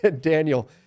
daniel